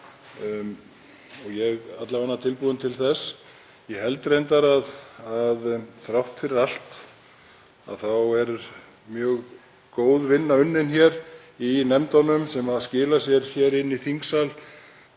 og ég er alla vega tilbúinn til þess. Ég held reyndar að þrátt fyrir allt þá sé mjög góð vinna unnin hér í nefndunum sem skilar sér inn í þingsal